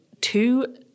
two